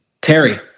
Terry